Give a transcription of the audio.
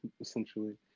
essentially